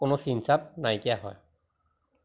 কোনো চিন চাব নাইকীয়া হয়